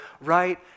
right